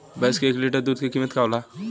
भैंस के एक लीटर दूध का कीमत का होखेला?